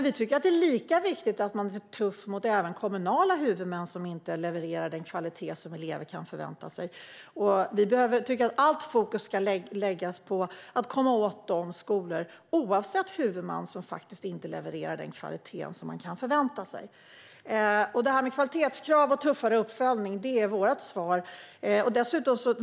Vi tycker att det är lika viktigt att man är tuff mot kommunala huvudmän som inte levererar den kvalitet som eleverna kan förvänta sig. Vi tycker att fokus ska läggas på att komma åt alla skolor, oavsett huvudman, som inte levererar den förväntade kvaliteten. Kvalitetskrav och tuffare uppföljning är vårt svar.